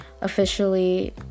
officially